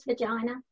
vagina